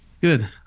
Good